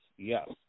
Yes